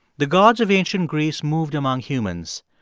the gods of ancient greece moved among humans.